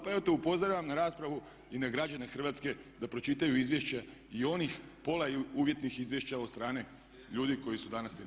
Pa evo te upozoravam na raspravu i nagrađene hrvatske, da pročitaju izvješće i onih pola uvjetnih izvješća od strane ljudi koji su i na vlasti.